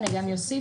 אני גם אוסיף,